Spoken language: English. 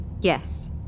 Yes